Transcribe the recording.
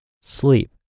sleep